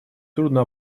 трудно